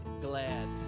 glad